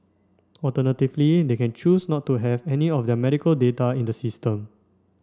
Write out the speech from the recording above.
alternatively they can choose not to have any of their medical data in the system